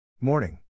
Morning